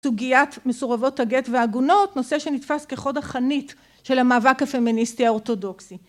סוגיית מסורבות הגט ועגונות נושא שנתפס כחוד החנית של המאבק הפמיניסטי האורתודוקסי